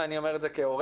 אני אומר את זה כהורה,